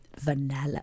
vanilla